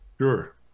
Sure